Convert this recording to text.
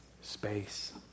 space